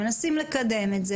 מנסים לקדם את זה,